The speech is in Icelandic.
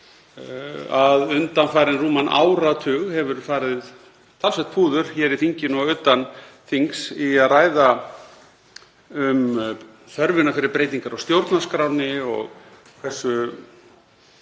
að undanfarinn rúman áratug hefur farið talsvert púður í þinginu og utan þings í að ræða um þörfina fyrir breytingar á stjórnarskránni og hversu